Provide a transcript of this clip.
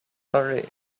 early